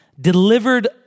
delivered